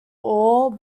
all